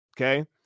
Okay